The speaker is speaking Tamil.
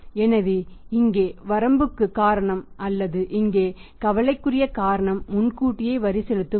எனவே இங்கே வரம்புக்கு காரணம் அல்லது இங்கே கவலைக்குரிய காரணம் முன்கூட்டியே வரி செலுத்தும் முறை